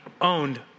owned